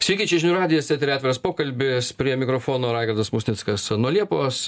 sveiki čia žinių radijas eteryje atviras pokalbis prie mikrofono raigardas musnickas nuo liepos